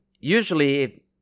usually